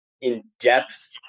in-depth